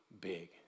big